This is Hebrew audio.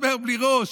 מסמר בלי ראש.